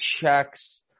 checks